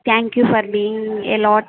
thank you for being a lot